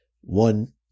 one